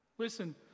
Listen